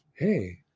Hey